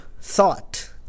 thought